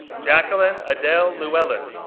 jacqueline adele llewellyn,